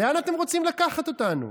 לאן אתם רוצים לקחת אותנו?